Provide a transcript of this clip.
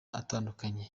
atandukanye